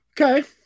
Okay